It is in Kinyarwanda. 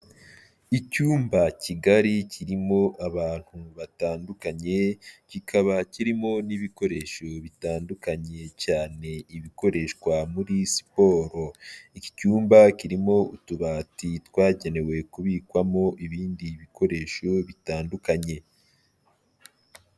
Icyumba kigari kirimo abantu batandukanye, kikaba kirimo n'ibikoresho bitandukanye cyane ibikoreshwa muri siporo, iki cyumba kirimo utubati twagenewe kubikwamo ibindi bikoresho bitandukanye.